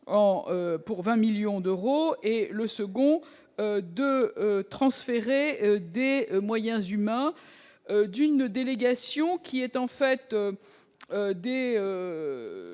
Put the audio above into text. pour 20 millions d'euros et le second de transférer des moyens humains d'une délégation qui est en fait des